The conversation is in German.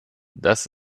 das